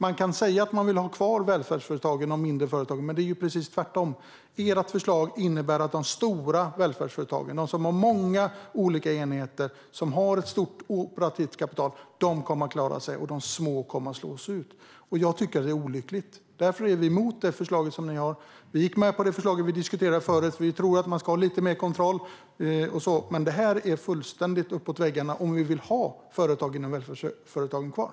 Man kan säga att man vill ha kvar välfärdsföretagen och de mindre företagen, men det är ju precis tvärtom. Ert förslag innebär att de stora välfärdsföretagen med många olika enheter och med ett stort operativt kapital kommer att klara sig medan de små kommer att slås ut. Jag tycker att det är olyckligt. Därför är vi emot ert förslag. Vi gick med på förslaget som vi diskuterade tidigare för vi tror att det behövs lite mer kontroll. Men det här är fullständigt uppåt väggarna, om vi vill ha välfärdsföretagen kvar.